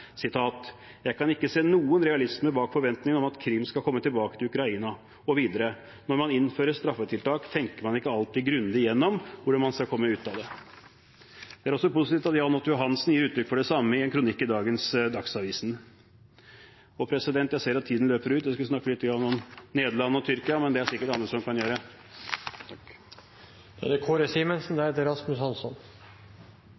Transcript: Jeg kan ikke se noen realisme bak forventningene om at Krim skal komme tilbake til Ukraina. Og videre: Når man innfører straffetiltak, tenker man ikke alltid grundig igjennom hvordan man skal komme ut av det. Det er også positivt at Jahn Otto Johansen gir uttrykk for det samme i en kronikk i Dagsavisen i dag. Jeg ser at tiden løper ut. Jeg skulle snakket litt om Nederland og Tyrkia, men det er det sikkert andre som kan gjøre.